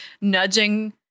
nudging